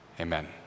Amen